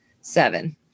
seven